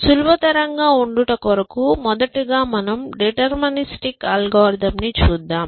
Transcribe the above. సులభతరంగా ఉండుట కొరకు మొదటగా మనం డిటర్మినిస్టిక్ అల్గోరిథం ని చూద్దాం